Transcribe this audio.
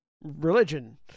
Religion